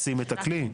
מציעים את הכלי,